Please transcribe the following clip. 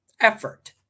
Effort